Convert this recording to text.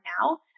now